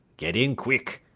get in quick!